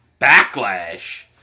Backlash